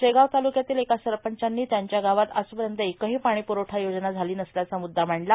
शेगांव ताल्क्यातील एका सरपंचांनी त्यांच्या गावात आजपर्यंत एकही पाणीप्रवठा योजना झाली नसल्याचा मुद्दा मांडला